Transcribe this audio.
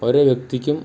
ഓരോ വ്യക്തിക്കും